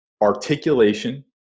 articulation